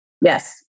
Yes